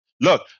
Look